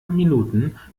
minuten